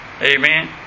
Amen